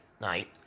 night